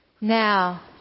Now